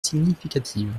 significative